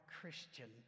Christian